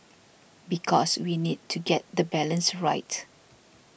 because we need to get the balance right